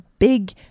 big